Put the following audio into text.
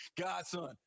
Godson